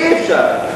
אי-אפשר.